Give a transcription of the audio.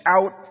out